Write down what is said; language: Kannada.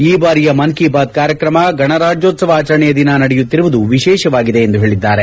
ಈ ಬಾರಿಯ ಮನ್ ಕೀ ಬಾತ್ ಕಾರ್ಯಕ್ರಮ ಗಣರಾಜ್ಲೋತ್ವವ ಆಚರಣೆಯ ದಿನ ನಡೆಯುತ್ತಿರುವುದು ವಿಶೇಷವಾಗಿದೆ ಎಂದು ಹೇಳಿದ್ದಾರೆ